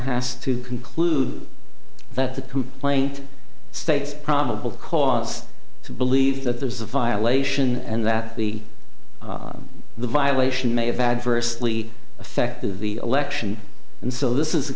has to conclude that the complaint states probable cause to believe that there's a violation and that the the violation may have adversely affected the election and so this is a